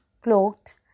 cloaked